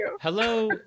hello